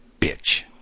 bitch